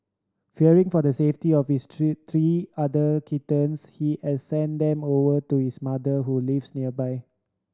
fearing for the safety of his three three other kittens he has sent them over to his mother who lives nearby